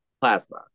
Plasma